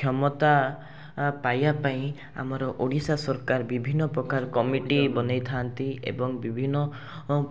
କ୍ଷମତା ଅଁ ପାଇବାପାଇଁ ଆମର ଓଡ଼ିଶା ସରକାର ବିଭିନ୍ନପ୍ରକାର କମିଟି ବନେଇଥାନ୍ତି ଏବଂ ବିଭିନ୍ନ